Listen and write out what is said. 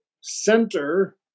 center